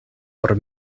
por